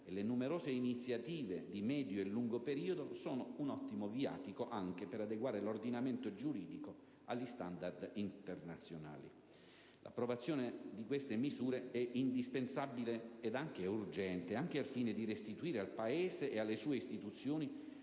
e le numerose iniziative di medio e lungo periodo sono un ottimo viatico anche per adeguare l'ordinamento giuridico agli standard internazionali. L'approvazione di tali misure è indispensabile ed urgente, anche al fine di restituire al Paese e alle sue istituzioni